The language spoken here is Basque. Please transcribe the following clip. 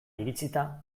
iritsita